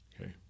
okay